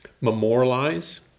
memorialize